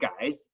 guys